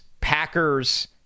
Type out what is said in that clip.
Packers